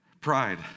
Pride